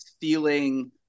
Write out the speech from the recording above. feeling